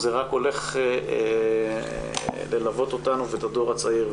אלא זה רק הולך ללוות אותנו ואת הדור הצעיר.